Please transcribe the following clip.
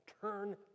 turn